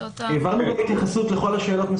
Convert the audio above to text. העברנו התייחסות מסודרת לכל השאלות,